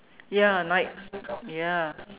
ya night ya